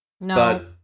No